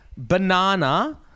Banana